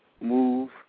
move